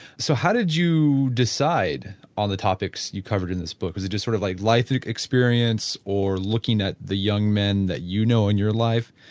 so how did you decide on the topics you covered in this book? was it sort of like life experience or looking at the young men that you know in your life?